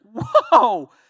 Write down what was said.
whoa